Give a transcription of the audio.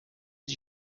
die